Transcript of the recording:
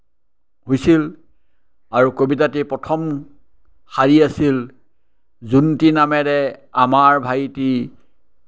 হৈছিল আৰু কবিতাটি প্ৰথম শাৰী আছিল জোনটি নামেৰে আমাৰ ভাইটি